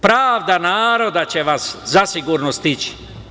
Pravda naroda će vas zasigurno stići.